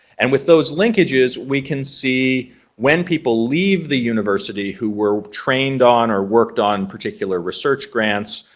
and with those linkages we can see when people leave the university who were trained on or worked on particular research grants,